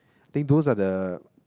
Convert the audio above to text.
think those are the